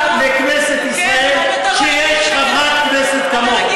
לכנסת ישראל שיש חברת כנסת כמוך.